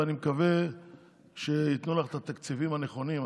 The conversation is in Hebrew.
ואני מקווה שייתנו לך את התקציבים הנכונים.